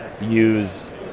use